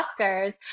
Oscars